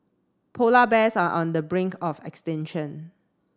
polar bears are on the brink of extinction